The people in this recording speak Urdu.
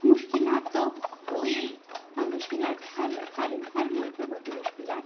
مشکلات تو ہوئیں پر مشکلات ہر ہر ہر موڑ پہ ہوتی مشکلات